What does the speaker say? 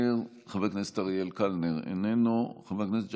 מוותר, חבר הכנסת אריאל קלנר, איננו.